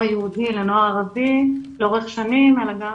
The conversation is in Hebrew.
יהודי לנוער ערבי לאורך שנים אלא גם